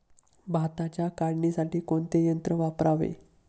भाताच्या काढणीसाठी कोणते यंत्र वापरावे?